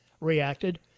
reacted